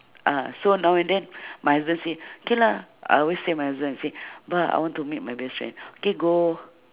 ah so now and then my husband say k lah I always say my husband and say bah I want to meet my best friend okay go